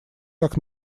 как